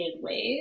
ways